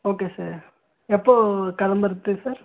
okay sir எப்போ கிளம்புறது sir